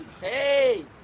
Hey